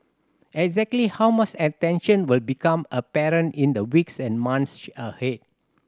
exactly how much attention will become apparent in the weeks and months ahead